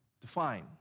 define